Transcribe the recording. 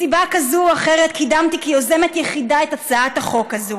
מסיבה כזאת או אחרת קידמתי כיוזמת יחידה את הצעת החוק הזאת.